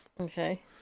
Okay